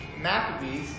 Maccabees